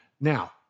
Now